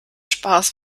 spaß